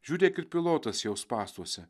žiūrėk ir pilotas jau spąstuose